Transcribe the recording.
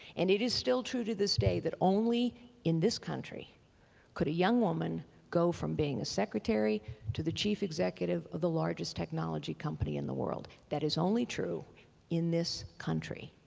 and it is still true to this day that only in this country could a young woman go from being a secretary to the chief executive of the largest technology company in the world. that is only true in this country.